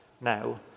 now